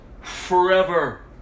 forever